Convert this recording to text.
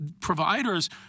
providers